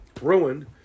ruined